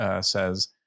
says